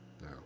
No